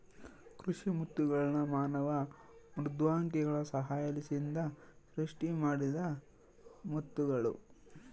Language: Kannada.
ಕೃಷಿ ಮುತ್ತುಗಳ್ನ ಮಾನವ ಮೃದ್ವಂಗಿಗಳ ಸಹಾಯಲಿಸಿಂದ ಸೃಷ್ಟಿಮಾಡಿದ ಮುತ್ತುಗುಳು